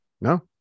no